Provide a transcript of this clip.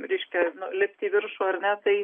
reiškia nu lipti į viršų ar ne tai